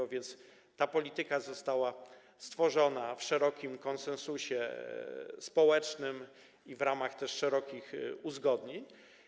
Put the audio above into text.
Tak więc ta polityka została stworzona przy szerokim konsensusie społecznym i w ramach szerokich uzgodnień.